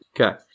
Okay